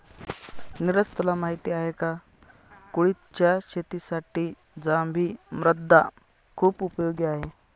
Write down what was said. निरज तुला माहिती आहे का? कुळिथच्या शेतीसाठी जांभी मृदा खुप उपयोगी आहे